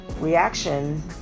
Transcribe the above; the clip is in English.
reaction